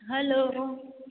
hello